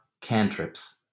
cantrips